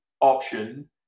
option